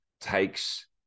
takes